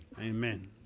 Amen